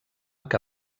que